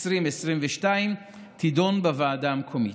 2022 תידון בוועדה המקומית.